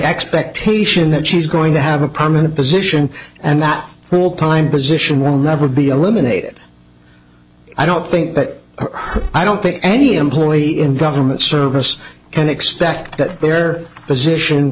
expectation that she's going to have a prominent position and that all kind position will never be eliminated i don't think that i don't think any employee in government service can expect that their position